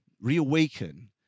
reawaken